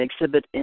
exhibit